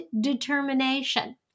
determination